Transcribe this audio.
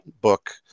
book